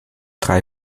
drei